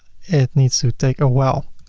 it needs to take a while.